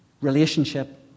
relationship